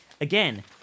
again